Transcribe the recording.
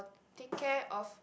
take care of